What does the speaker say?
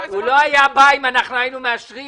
לא היה בא אם היינו מאשרים